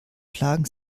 plagen